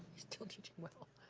he's still teaching well.